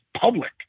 public